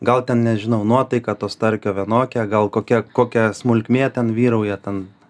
gal ten nežinau nuotaiką to starkio vienokia gal kokia kokia smulkmė ten vyrauja ten